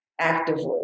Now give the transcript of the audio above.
actively